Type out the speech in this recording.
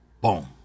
Boom